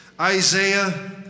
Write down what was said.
Isaiah